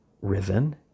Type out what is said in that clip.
risen